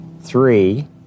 three